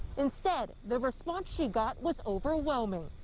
instead, the response she got was overwhelming.